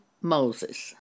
Moses